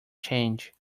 change